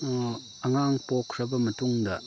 ꯑꯉꯥꯡ ꯄꯣꯛꯈ꯭ꯔꯕ ꯃꯇꯨꯡꯗ